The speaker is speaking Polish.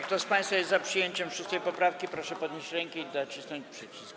Kto z państwa jest za przyjęciem 6. poprawki, proszę podnieść rękę i nacisnąć przycisk.